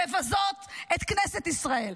לבזות את כנסת ישראל,